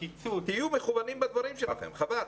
בקיצוץ --- תהיו מכוונים בדברים שלכם, חבל.